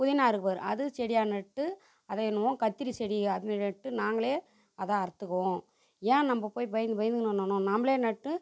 புதினா இருக்குது பார் அது செடியாக நட்டு அதை என்னவோ கத்திரி செடி அது நட்டு நாங்களே அதை அறுத்துக்குவோம் ஏன் நம்ப போய் பயந்து பயந்துக்குன்னு பண்ணணும் நம்பளே நட்டு